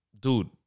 dude